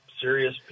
serious